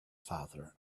father